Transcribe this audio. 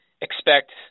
expect